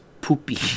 poopy